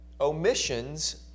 omissions